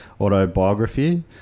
autobiography